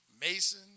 Mason